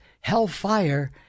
hellfire